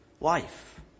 life